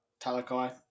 Talakai